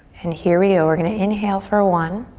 and here we go, we're gonna inhale for one,